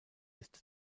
ist